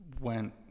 went